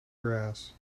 grass